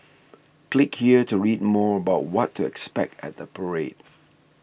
click here to read more about what to expect at the parade